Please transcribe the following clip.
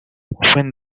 when